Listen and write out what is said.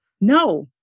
No